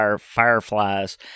Fireflies